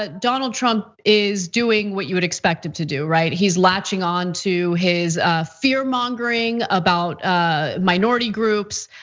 ah donald trump is doing what you would expect him to do, right? he's latching onto his fearmongering about minority groups,